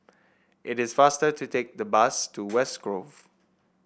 it is faster to take the bus to West Grove